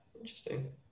Interesting